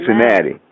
Cincinnati